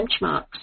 benchmarks